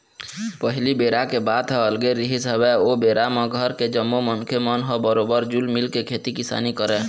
पहिली बेरा के बात ह अलगे रिहिस हवय ओ बेरा म घर के जम्मो मनखे मन ह बरोबर जुल मिलके खेती किसानी करय